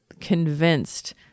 convinced